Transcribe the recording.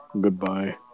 goodbye